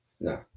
No